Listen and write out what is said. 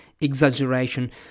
exaggeration